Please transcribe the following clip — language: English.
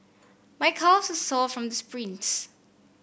my calves sore from the sprints